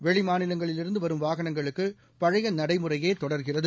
வெளிமாநிலங்களிலிருந்துவரும் வாகனங்களுக்குபழையநடைமுறையேதொடர்கிறது